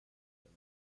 دادن